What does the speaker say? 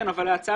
כן, אבל הצעת